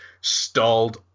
stalled